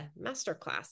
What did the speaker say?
masterclass